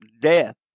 death